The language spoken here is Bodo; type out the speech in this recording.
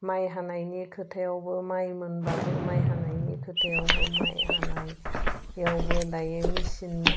माइ हानायनि खोथायावबो माइ मोनबाबो माइ हानायनि खोथायावबो माइ हानायावबो दायो मेसिन